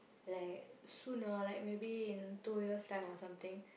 like soon or like maybe in two years time or something